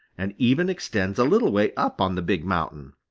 and even extends a little way up on the big mountain.